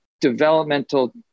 developmental